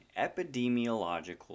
epidemiological